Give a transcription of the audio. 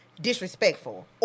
disrespectful